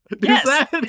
Yes